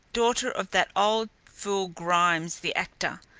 daughter of that old fool grimes, the actor.